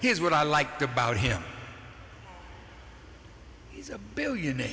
here's what i liked about him he's a billionaire